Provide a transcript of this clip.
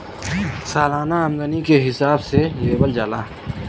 सालाना आमदनी के हिसाब से लेवल जाला